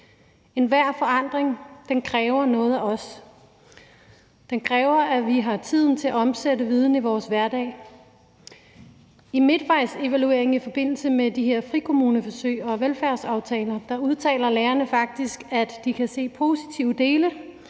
Enhver forandring kræver noget af os. Den kræver, at vi har tiden til at omsætte viden i vores hverdag. I midtvejsevalueringen i forbindelse med de her frikommuneforsøg og velfærdsaftalen udtaler lærerne faktisk, at de kan se positive dele,